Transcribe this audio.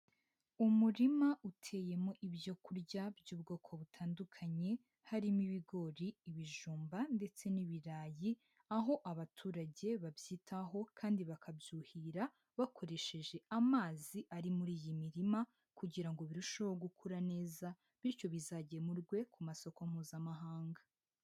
Umurima uteyemo ibyo kurya by'ubwoko butandukanye harimo ibigori, ibijumba ndetse n'ibirayi, aho abaturage babyitaho kandi bakabyuhira bakoresheje amazi ari muri iyi mirima kugira ngo birusheho gukura neza bityo bizagemurwe ku masoko mpuzamahanga.